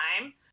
time